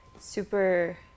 super